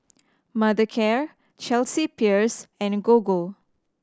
Mothercare Chelsea Peers and Gogo